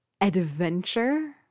adventure